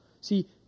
See